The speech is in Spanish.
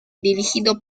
dirigido